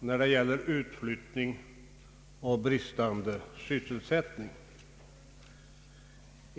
när det gäller utflyttning och bristande sysselsättning.